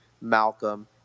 Malcolm